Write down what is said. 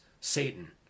Satan